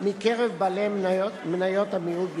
מקרב בעלי מניות המיעוט בלבד.